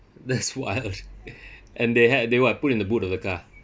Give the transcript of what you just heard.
that's wild and they had they what put in the boot of the car